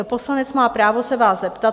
Poslanec má právo se vás zeptat.